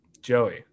Joey